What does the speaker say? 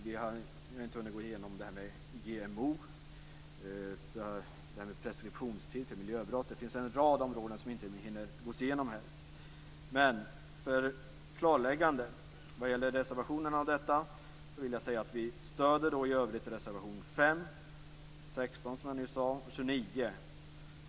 Vi har inte hunnit gå igenom frågorna om GMO eller om preskriptionstider för miljöbrott. Det finns en rad områden som inte hinner gås igenom. För klarläggande stöder vi kristdemokrater i övrigt reservationerna 5, 16 och 29.